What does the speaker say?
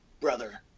Brother